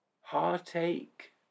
Heartache